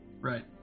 Right